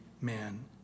man